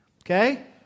okay